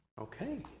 Okay